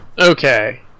Okay